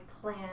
plan